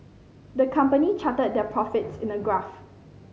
the company charted their profits in a graph